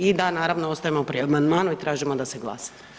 I da naravno, ostajemo pri amandmanu i tražimo da se glasa.